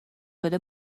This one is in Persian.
شده